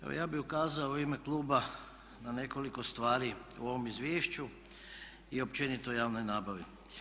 Evo ja bih ukazao u ime kluba na nekoliko stvari u ovom izvješću i općenito o javnom nabavi.